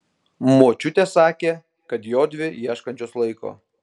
močiutė sakė kad jodvi ieškančios laiko